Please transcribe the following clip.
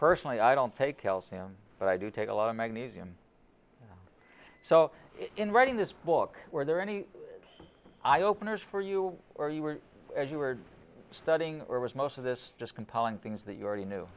personally i don't take calcium but i do take a lot of magnesium so in writing this book were there any eye openers for you or you were as you were studying or was most of this just compiling things that you already kn